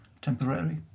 temporary